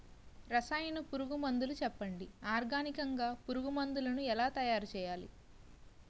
రసాయన పురుగు మందులు చెప్పండి? ఆర్గనికంగ పురుగు మందులను ఎలా తయారు చేయాలి?